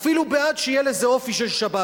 אפילו בעד שיהיה לזה אופי של שבת.